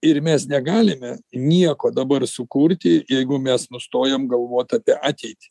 ir mes negalime nieko dabar sukurti jeigu mes nustojam galvot apie ateitį